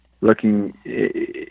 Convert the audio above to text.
looking